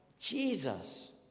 Jesus